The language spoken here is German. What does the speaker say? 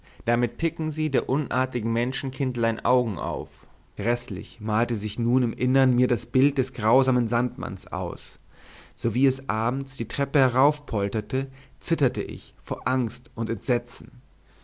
damit picken sie der unartigen menschenkindlein augen auf gräßlich malte sich nun im innern mir das bild des grausamen sandmanns aus sowie es abends die treppe heraufpolterte zitterte ich vor angst und entsetzen